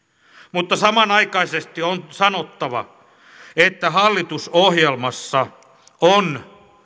mutta samanaikaisesti on sanottava että hallitusohjelmassa on